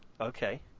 Okay